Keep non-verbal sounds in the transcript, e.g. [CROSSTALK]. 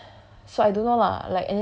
then [BREATH]